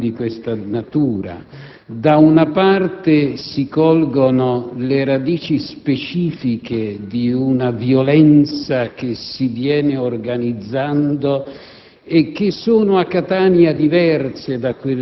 si percepisce in fatti di questa natura. Si colgono le radici specifiche di una violenza che si viene organizzando,